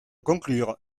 conclure